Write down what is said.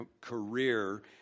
career